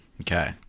Okay